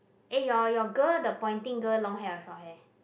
eh your your girl the pointing girl long hair or short hair